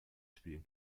spielen